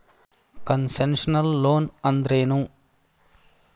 Concessional loan ಅಂದ್ರೇನು?